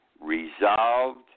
resolved